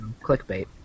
clickbait